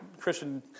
Christian